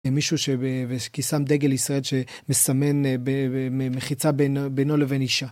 מישהו ששם דגל ישראל שמסמן מחיצה בינו לבין אישה.